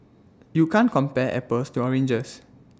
you can't compare apples to oranges